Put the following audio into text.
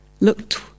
looked